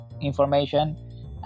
information